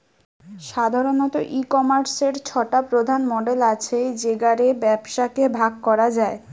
সাধারণত, ই কমার্সের ছটা প্রধান মডেল আছে যেগা রে ব্যবসাকে ভাগ করা যায়